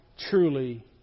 truly